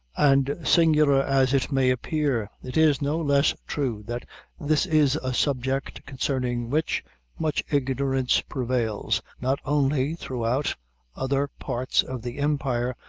and singular as it may appear, it is no less true, that this is a subject concerning which much ignorance prevails, not only throughout other parts of the empire,